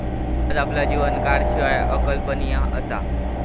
आज आपला जीवन कारशिवाय अकल्पनीय असा